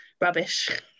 rubbish